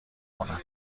کنم